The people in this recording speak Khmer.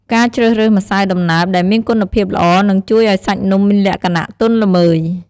ការជ្រើសរើសម្សៅដំណើបដែលមានគុណភាពល្អ នឹងជួយឲ្យសាច់នំមានលក្ខណៈទន់ល្មើយ ។